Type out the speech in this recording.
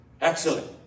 excellent